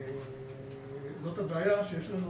וזאת הבעיה, שיש לנו